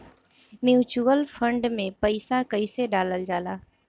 Mutual fund मे पईसा कइसे डालल जाला?